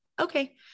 okay